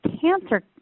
cancer